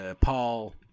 Paul